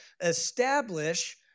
establish